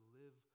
live